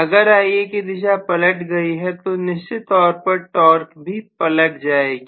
अगर Ia की दिशा पलट गई है तो निश्चित तौर पर टॉर्क भी पलट जाएगी